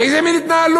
איזה מין התנהלות?